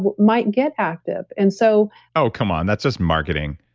but might get active and so oh, come on. that's just marketing.